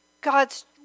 God's